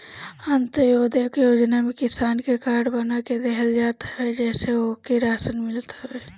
अन्त्योदय योजना में किसान के कार्ड बना के देहल जात हवे जेसे ओके राशन मिलत हवे